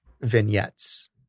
vignettes